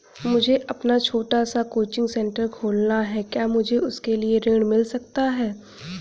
मुझे अपना छोटा सा कोचिंग सेंटर खोलना है क्या मुझे उसके लिए ऋण मिल सकता है?